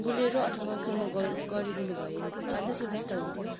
Bolero अथवा Sumo Gold गरिदिनु भए अझ सुविस्ता हुन्थ्यो